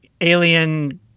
alien